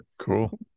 cool